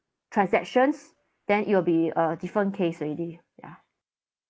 transactions then it will be a different case already ya